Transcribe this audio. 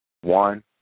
One